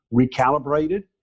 recalibrated